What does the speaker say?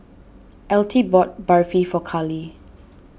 Altie bought Barfi for Carlee